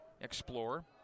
Explore